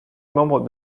membre